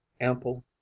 ample